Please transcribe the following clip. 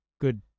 good